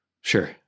Sure